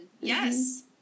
Yes